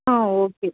ஆ okay